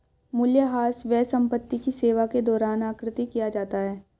मूल्यह्रास व्यय संपत्ति की सेवा के दौरान आकृति किया जाता है